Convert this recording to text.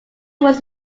was